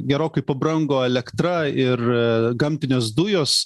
gerokai pabrango elektra ir gamtinės dujos